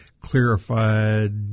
clarified